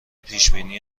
پیشبینی